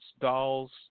dolls